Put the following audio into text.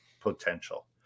potential